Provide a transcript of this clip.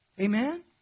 Amen